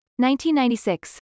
1996